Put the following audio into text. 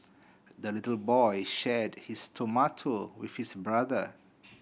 the little boy shared his tomato with his brother